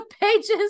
pages